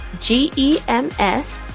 G-E-M-S